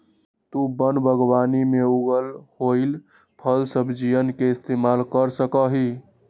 तु वन बागवानी में उगल होईल फलसब्जियन के इस्तेमाल कर सका हीं